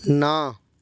ਨਾ